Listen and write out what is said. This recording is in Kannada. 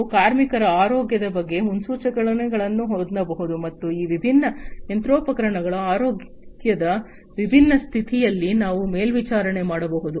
ನಾವು ಕಾರ್ಮಿಕರ ಆರೋಗ್ಯದ ಬಗ್ಗೆ ಮುನ್ಸೂಚನೆಗಳನ್ನು ಹೊಂದಬಹುದು ಮತ್ತು ಈ ವಿಭಿನ್ನ ಯಂತ್ರೋಪಕರಣಗಳ ಆರೋಗ್ಯದ ವಿಭಿನ್ನ ಸ್ಥಿತಿಯನ್ನು ನಾವು ಮೇಲ್ವಿಚಾರಣೆ ಮಾಡಬಹುದು